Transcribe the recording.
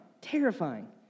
terrifying